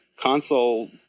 console